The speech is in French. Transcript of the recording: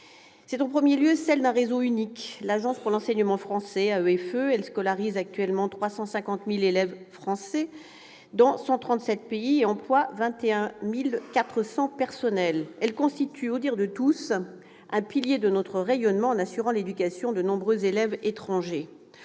sont en premier lieu celles d'un réseau unique, l'Agence pour l'enseignement français à l'étranger, qui scolarise actuellement 350 000 élèves français dans 137 pays et emploie 21 400 personnes. Il constitue aussi, aux dires de tous, un pilier de notre rayonnement en assurant l'éducation de nombreux élèves étrangers.